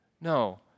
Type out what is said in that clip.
No